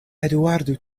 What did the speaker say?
eduardo